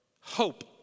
hope